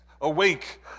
awake